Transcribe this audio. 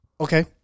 okay